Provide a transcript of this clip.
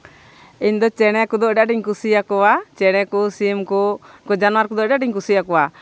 ᱤᱧᱫᱚ ᱪᱮᱬᱮ ᱠᱚᱫᱚ ᱟᱹᱰᱤ ᱟᱸᱴᱤᱧ ᱠᱩᱥᱤᱭᱟᱠᱚᱣᱟ ᱪᱮᱬᱮ ᱠᱚ ᱥᱤᱢ ᱠᱚ ᱩᱱᱠᱩ ᱡᱟᱱᱣᱟᱨ ᱠᱚᱫᱚ ᱟᱹᱰᱩ ᱟᱸᱴᱤᱧ ᱠᱩᱥᱤᱭᱟᱠᱚᱣᱟ